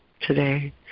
today